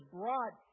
brought